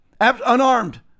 Unarmed